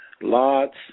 Lots